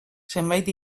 zenbait